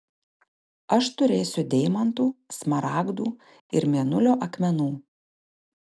aš turėsiu deimantų smaragdų ir mėnulio akmenų